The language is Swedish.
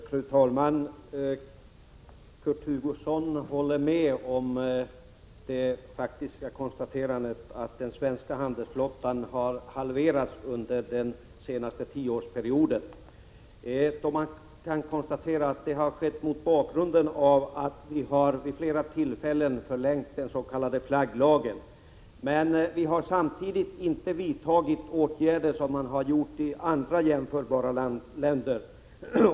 Fru talman! Kurt Hugosson håller med om det faktiska konstaterandet att den svenska handelsflottan har halverats under den senaste tioårsperioden. Man kan konstatera att det har skett mot bakgrund av att vi vid flera tillfällen har förlängt den s.k. flagglagen. Men vi har samtidigt inte vidtagit sådana åtgärder som man har vidtagit i andra jämförbara länder.